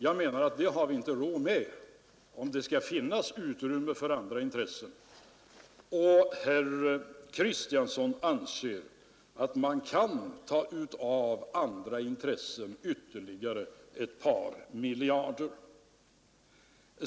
Jag anser att vi inte har råd med detta, om det skall finnas utrymme för andra intressen. Herr Kristiansson anser däremot att man av andra intressen kan ta ytterligare ett par miljarder.